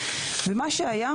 ומה שהיה,